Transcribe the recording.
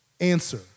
answer